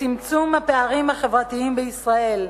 לצמצום הפערים החברתיים בישראל.